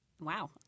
Wow